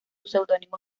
seudónimo